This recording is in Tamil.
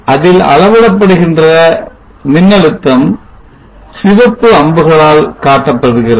அதில் அளவிடப்படுகின்றன மின்னழுத்தம் சிவப்பு அம்புகளால் காட்டப்படுகிறது